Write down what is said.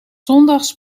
zondags